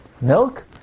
milk